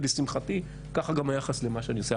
ולשמחתי כך גם היחס למה שאני עושה.